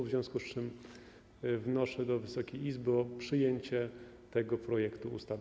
W związku z tym wnoszę do Wysokiej Izby o przyjęcie tego projektu ustawy.